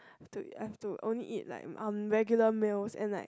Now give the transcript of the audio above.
have to have to only eat like um regular meals and like